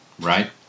right